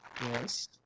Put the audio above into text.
Yes